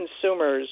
consumers